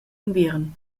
unviern